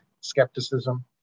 skepticism